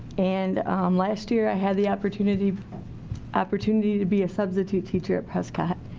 and last year i had the opportunity opportunity to be a substitute teacher at prescott.